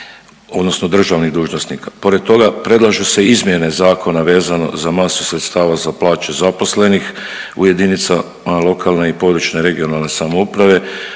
odnosno državnih dužnosnika. Pored toga predlažu se izmjene zakona vezano za masu sredstava za plaće zaposlenih u jedinicama lokalne i područne (regionalne) samouprave